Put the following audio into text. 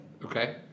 Okay